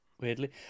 weirdly